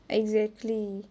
exactly